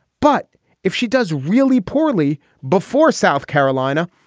but if she does really poorly before south carolina,